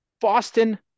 Boston